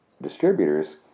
distributors